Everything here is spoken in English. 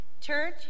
Church